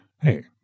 hey